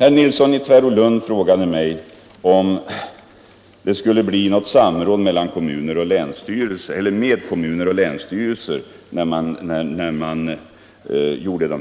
Herr Nilsson i Tvärålund frågade mig om det skulle bli något samråd med kommuner och länsstyrelser när man